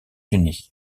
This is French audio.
unis